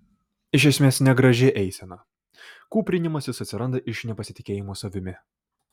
iš esmės negraži eisena kūprinimasis atsiranda iš nepasitikėjimo savimi